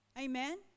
Amen